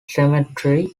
cemetery